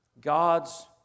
God's